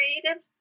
creative